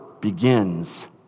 begins